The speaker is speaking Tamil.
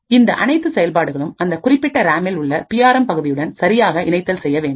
ஆனால் இந்த அனைத்து செயல்பாடுகளும்அந்தக் குறிப்பிட்ட ராமில் உள்ள பிஆர்எம் பகுதியுடன் சரியாக இணைத்தல் செய்ய வேண்டும்